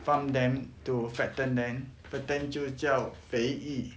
farm them to fatten then 就叫肥一